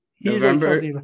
November